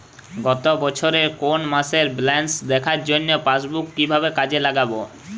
গত বছরের কোনো মাসের ব্যালেন্স দেখার জন্য পাসবুক কীভাবে কাজে লাগাব?